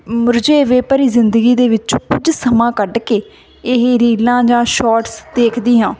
ਮੁਰਝੇਵੇਂ ਭਰੀ ਜ਼ਿੰਦਗੀ ਦੇ ਵਿੱਚੋਂ ਕੁਝ ਸਮਾਂ ਕੱਢ ਕੇ ਇਹ ਰੀਲਾਂ ਜਾਂ ਸ਼ੋਟਸ ਦੇਖਦੀ ਹਾਂ